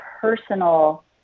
personal